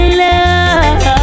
love